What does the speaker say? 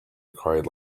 cried